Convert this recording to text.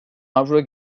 avro